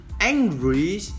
angry